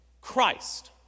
Christ